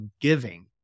giving